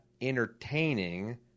entertaining